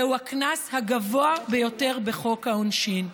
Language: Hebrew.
זהו הקנס הגבוה ביותר בחוק העונשין.